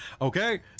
Okay